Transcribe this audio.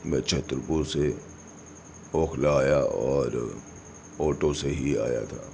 میں چھترپور سے اوکھلا آیا اور آٹو سے ہی آیا تھا